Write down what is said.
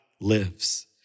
lives